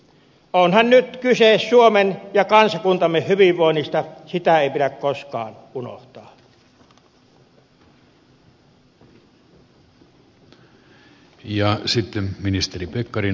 onhan nyt kyse suomen ja kansakuntamme hyvinvoinnista sitä ei pidä koskaan unohtaa